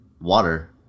water